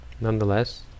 Nonetheless